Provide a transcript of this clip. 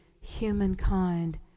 humankind